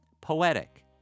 poetic